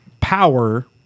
power